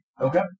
Okay